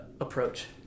approach